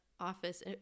office